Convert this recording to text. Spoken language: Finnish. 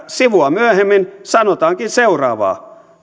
sivua myöhemmin sanotaankin seuraavaa